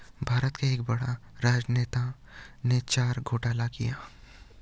भारत का एक बड़ा राजनेता ने चारा घोटाला किया